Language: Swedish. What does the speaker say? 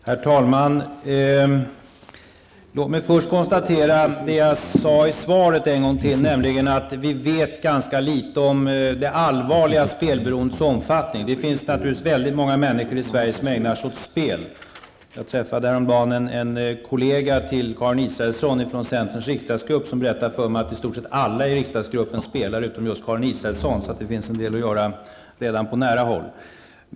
Herr talman! Låt mig först upprepa vad jag sade i svaret, nämligen att vi vet ganska litet om det allvarliga spelberoendets omfattning. Det finns naturligtvis oerhört många människor i Sverige som ägnar sig åt spel. Jag träffade häromdagen en kollega till Karin Israelsson från centerns riksdagsgrupp som berättade för mig att i stort sett alla i riksdagsgruppen spelar utom just Karin Israelsson, så det finns en del att göra redan på nära håll.